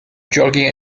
jogging